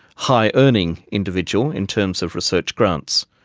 high earning individual in terms of research grants.